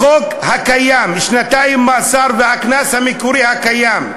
החוק הקיים של שנתיים מאסר והקנס המקורי הקיים,